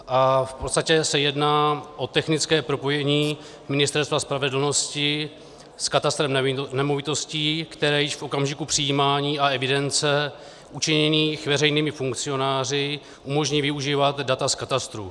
V podstatě se jedná o technické propojení Ministerstva spravedlnosti s katastrem nemovitostí, které již v okamžiku přijímání a evidence učiněných veřejnými funkcionáři umožní využívat data z katastrů.